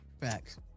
facts